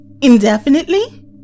Indefinitely